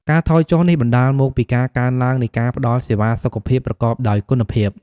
ការថយចុះនេះបណ្តាលមកពីការកើនឡើងនៃការផ្តល់សេវាសុខភាពប្រកបដោយគុណភាព។